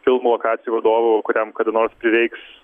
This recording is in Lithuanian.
filmo lokacijų vadovų kuriam kada nors prireiks